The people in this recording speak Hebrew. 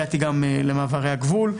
הגעתי גם למעברי הגבול.